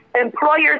employers